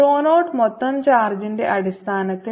rho 0 മൊത്തം ചാർജിന്റെ അടിസ്ഥാനത്തിൽ എന്താണ്